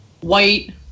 white